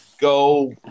go